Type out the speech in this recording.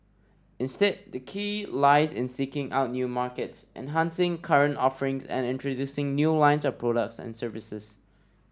instead the key lies in seeking out new markets enhancing current offerings and introducing new lines of products and services